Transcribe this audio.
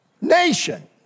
nation